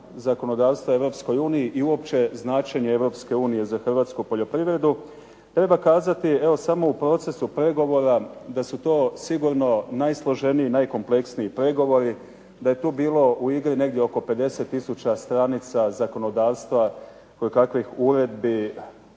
značenje Europske unije za hrvatsku poljoprivredu. Treba kazati evo samo u procesu pregovora da su to sigurno najsloženiji i najkompleksniji pregovori, da je tu bilo u igri negdje oko 50 tisuća stranica zakonodavstva, kojekakvih uredbi,